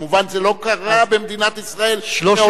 כמובן זה לא קרה במדינת ישראל מעולם,